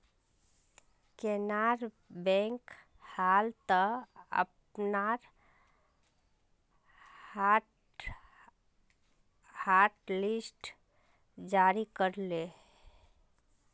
Canara bank हाल त अपनार हॉटलिस्ट जारी कर ले